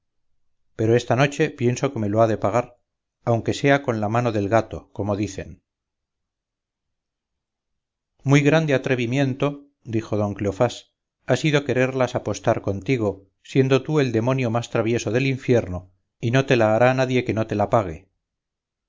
pero esta noche pienso que me lo ha de pagar aunque sea con la mano del gato como dicen muy grande atrevimiento dijo don cleofás ha sido quererlas apostar contigo siendo tú el demonio más travieso del infierno y no te la hará nadie que no te la pague